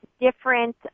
different